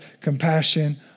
compassion